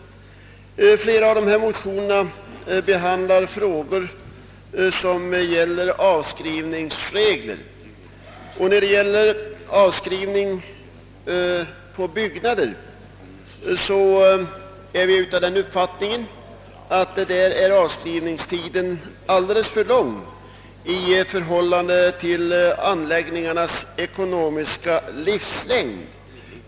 Flera av dessa motioner behandlar frågor som gäller avskrivningsregler. Vad beträffar avskrivning på byggnader har vi den uppfattningen, att avskrivningstiden är alldeles för lång i förhållande till anläggningarnas ekonomiska livslängd.